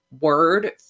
word